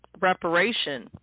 reparation